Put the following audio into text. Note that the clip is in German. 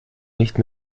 nicht